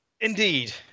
Indeed